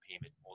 payment